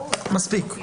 מספיק,